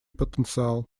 потенциал